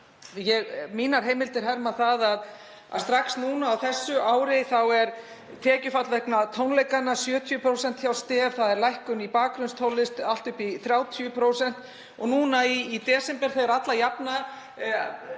Mínar heimildir herma að strax núna á þessu ári sé tekjufall vegna tónleika 70% hjá STEF. Það er lækkun í bakgrunnstónlist um allt upp í 30%. Núna í desember, þegar er alla jafna